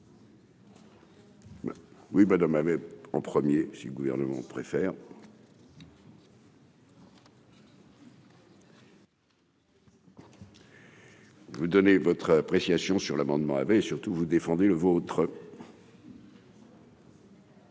Oui, madame, mais en premier, si le gouvernement préfère. Vous donnez votre appréciation sur l'amendement avait surtout vous défendez le vôtre.